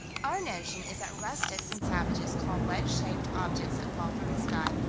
our notion is that rustics and savages call wedge-shaped objects that fall from the sky,